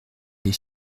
les